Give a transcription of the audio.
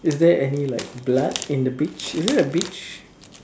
is there any like blood in the beach is it a beach